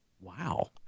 Wow